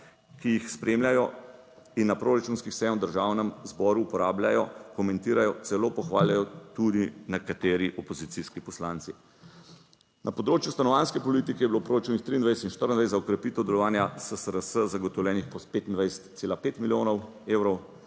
ki jih spremljajo in na proračunskih sejah v Državnem zboru uporabljajo, komentirajo, celo pohvalijo tudi nekateri opozicijski poslanci. Na področju stanovanjske politike je bilo v proračunih 2023 in 2024 za okrepitev delovanja SSRS zagotovljenih 25,5 milijonov evrov,